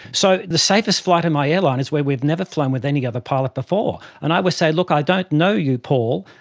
so the safest flight in my airline is where we've never flown with any other pilot before, and i always say, look, i don't know you paul,